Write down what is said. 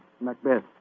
Macbeth